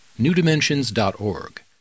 newdimensions.org